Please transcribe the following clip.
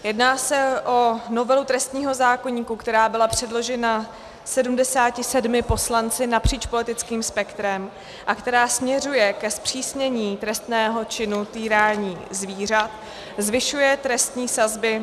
Jedná se o novelu trestního zákoníku, která byla předložena 77 poslanci napříč politickým spektrem a která směřuje ke zpřísnění trestného činu týrání zvířat, zvyšuje trestní sazby...